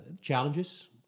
challenges